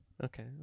Okay